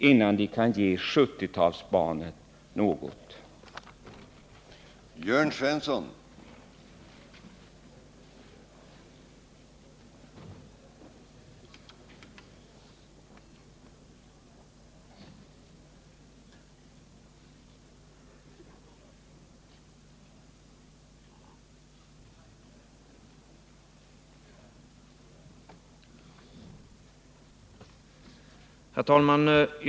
Innan de kan ge 70-talsbarnen någon?”